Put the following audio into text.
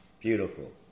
Beautiful